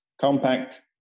compact